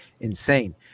insane